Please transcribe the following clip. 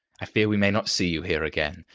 i fear we may not see you here again,